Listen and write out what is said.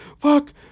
fuck